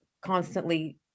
constantly